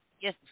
Yes